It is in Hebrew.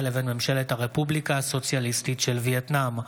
לבין ממשלת הרפובליקה הסוציאליסטית של וייטנאם.